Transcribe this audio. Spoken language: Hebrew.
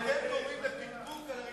אתם שמים סימן שאלה על ירושלים.